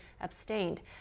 abstained